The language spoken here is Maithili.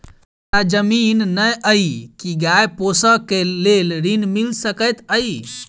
हमरा जमीन नै अई की गाय पोसअ केँ लेल ऋण मिल सकैत अई?